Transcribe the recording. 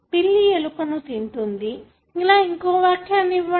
పిల్లి ఎలుకను తింటుంది ఇలా ఇంకో వాక్యాన్ని ఇవ్వండి